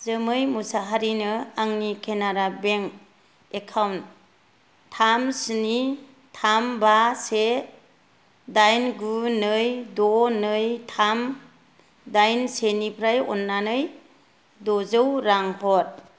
जोमै मुसाहारिनो आंनि केनारा बेंक एकाउन्ट थाम स्नि थाम बा से दाइन गु नै द' नै थाम दाइन से निफ्राय अन्नानै द'जौ रां हर